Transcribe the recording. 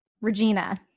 Regina